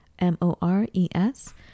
M-O-R-E-S